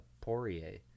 Poirier